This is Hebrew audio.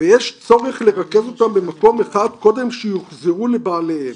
ויש צורך לרכז אותם במקום אחד קודם שיוחזרו לבעליהם'.